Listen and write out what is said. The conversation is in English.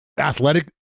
Athletic